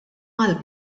għal